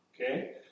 okay